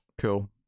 cool